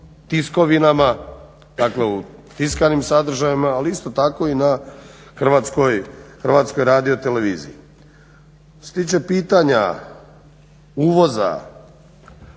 tiskovinama, dakle u tiskanim sadržajima ali isto tako i na Hrvatskoj radio televiziji. Što se tiče pitanja uvoza,